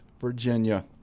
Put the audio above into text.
Virginia